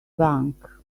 bank